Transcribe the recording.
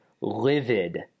livid